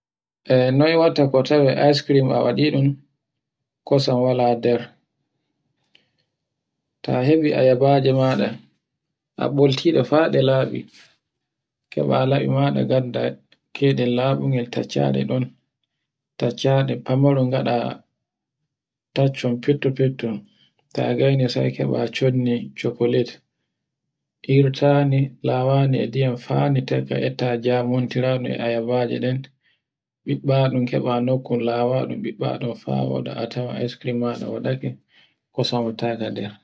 E noy watta ko tawe Icecream a waɗiɗun, kosan wala nder. Ta heɓi ayabaje maɗa ɓoltiɗe fa ɗe laɓi keɓa laɓi maɗa gadda keyɗel laɓungel tatcchaɗe ɗon. Tatchaɗe famaron ngaɗa tatcon fetto-fetto ta gaini sai keɓa chondi, irtande, lawande e ndyma fami tekke etta wuntiraɗe e ayabaje ɗen, ɓiɓɓaɗe, keɓa nokkun lawanɗun ɓiɓɓaɗun fa woɗa a tawa icecream maɗa waɗake, kosan wattaka nder.